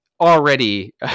already